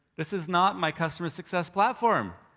this is not my customer success platform.